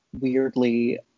weirdly